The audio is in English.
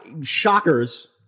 Shockers